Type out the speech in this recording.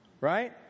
Right